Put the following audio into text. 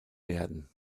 werden